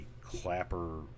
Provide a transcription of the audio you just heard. clapper